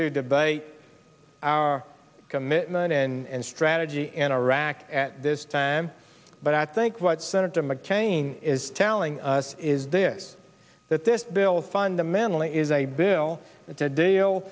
debate our commitment and strategy in iraq at this time but i think what senator mccain is telling us is this that this bill fundamentally is a bill to deal